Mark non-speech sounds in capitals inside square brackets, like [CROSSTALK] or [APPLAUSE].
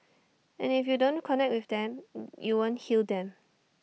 and if you don't connect with them [HESITATION] you won't heal them